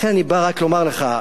לכן אני בא רק לומר לך,